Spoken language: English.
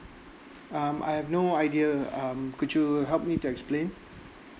um I have no idea um could you help me to explain